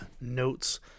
notes